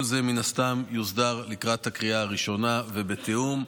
כל זה מן הסתם יוסדר לקראת הקריאה הראשונה ובתיאום.